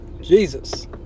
Jesus